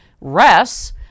rests